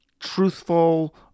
Truthful